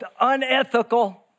unethical